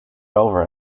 over